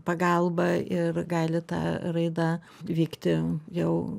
pagalbą ir gali tą raidą vykti jau